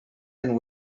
and